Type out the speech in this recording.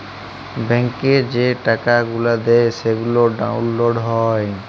ব্যাংকে যে টাকা গুলা দেয় সেগলা ডাউল্লড হ্যয়